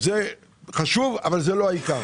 זה חשוב, אבל לא העיקר.